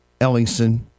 Ellingson